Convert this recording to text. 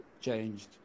changed